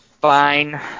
Fine